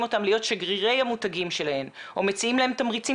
אותם להיות שגרירי המותגים שלהם או מציעים להם תמריצים